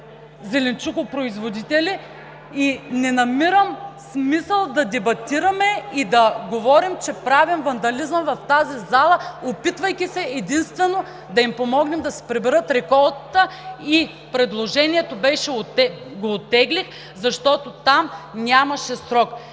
зеленчукопроизводители и не намирам смисъл да дебатираме, и да говорим, че правим вандализъм в тази зала, опитвайки се единствено да им помогнем да си приберат реколтата. Предложението го оттеглих, защото там нямаше срок.